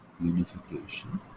unification